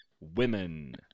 women